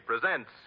presents